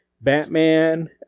Batman